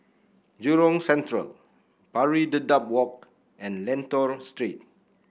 Jurong Central Pari Dedap Walk and Lentor Street